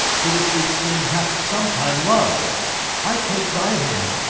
who, it should seem, hath sometime lov'd i take thy hand!